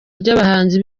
ry’abahanzi